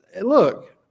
Look